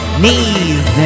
knees